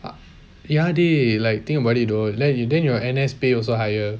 uh ya dey like think about it though then you then your N_S pay also higher